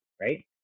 right